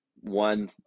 one –